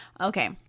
Okay